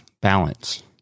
balance